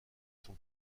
sont